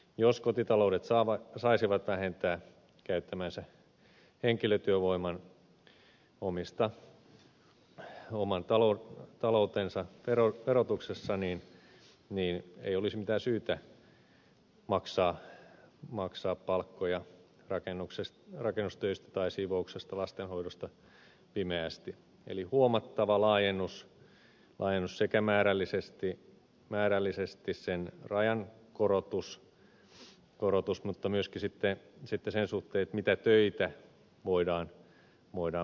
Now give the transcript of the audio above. jos kotitaloudet saisivat vähentää käyttämänsä henkilötyövoiman oman taloutensa verotuksessa niin ei olisi mitään syytä maksaa palkkoja rakennustöistä tai siivouksesta lastenhoidosta pimeästi eli tämä olisi huomattava laajennus sekä määrällisesti sen rajan korotus mutta myöskin korotus sitten sen suhteen mitä töitä voidaan vähentää